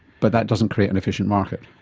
but that doesn't create an efficient market.